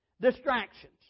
Distractions